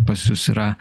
pas jus yra